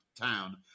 town